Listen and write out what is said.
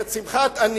שמחת סגנינו.